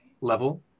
level